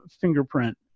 fingerprint